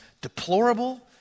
deplorable